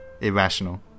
irrational